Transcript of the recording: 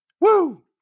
Woo